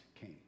came